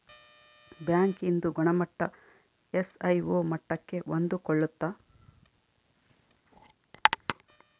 bank ಇಂದು ಗುಣಮಟ್ಟ ISO ಮಟ್ಟಕ್ಕೆ ಹೊಂದ್ಕೊಳ್ಳುತ್ತ